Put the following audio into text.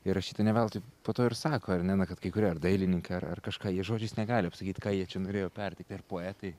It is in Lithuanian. ir aš šitą ne veltui po to ir sako ar ne na kad kai kurie ar dailininkai ar ar kažką jie žodžiais negali apsakyt ką jie čia norėjo perteikti ar poetai